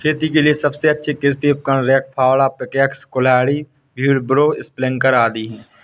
खेत के लिए सबसे अच्छे कृषि उपकरण, रेक, फावड़ा, पिकैक्स, कुल्हाड़ी, व्हीलब्रो, स्प्रिंकलर आदि है